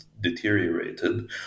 deteriorated